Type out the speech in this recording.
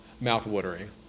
mouth-watering